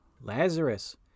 Lazarus